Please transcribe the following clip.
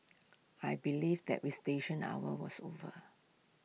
I believe that visitation hours was over